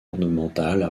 ornementales